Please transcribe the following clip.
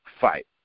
fight